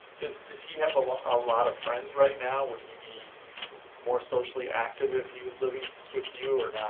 does does he have a lot ah lot of friends right now? would he be more socially active if he was living with you or